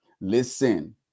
listen